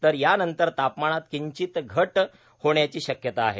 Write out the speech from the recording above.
तर यानंतर तापमानात किंचीत घट होण्याची शक्यता आहे